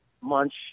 Munch